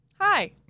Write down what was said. hi